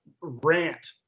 rant